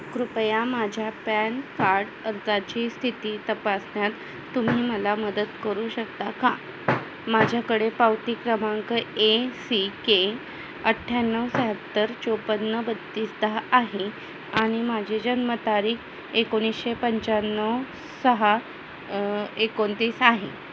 कृपया माझ्या PAN card अर्जाची स्थिती तपासण्यात तुम्ही मला मदत करू शकता का माझ्याकडे पावती क्रमांक ए सी के अठ्ठ्याण्णव शहात्तर चोपन्न बत्तीस दहा आहे आणि माझी जन्मतारीख एकोणीसशे पंच्याण्णव सहा एकोणतीस आहे